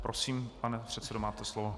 Prosím, pane předsedo, máte slovo.